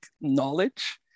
knowledge